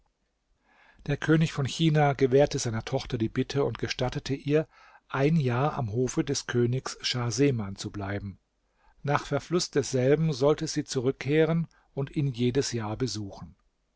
der könig von china gewährte seiner tochter die bitte und gestattete ihr ein jahr am hofe des königs schah seman zu bleiben nach verfluß desselben sollte sie zurückkehren und ihn jedes jahr besuchen